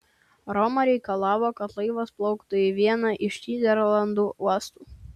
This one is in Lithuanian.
roma reikalavo kad laivas plauktų į vieną iš nyderlandų uostų